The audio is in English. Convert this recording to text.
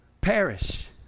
perish